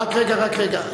רק רגע, רק רגע.